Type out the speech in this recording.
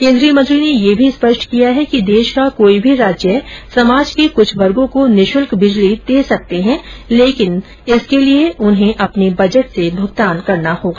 केन्द्रीय मंत्री ने यह भी स्पष्ट किया है की देश का कोई भी राज्य समाज के कुछ वर्गो को निःशुल्क बिजली दे सकते हैं लेकिन उन्हें इसके लिए अपने बजट से भुगतान करना होगा